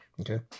Okay